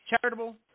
charitable